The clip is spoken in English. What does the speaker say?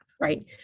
right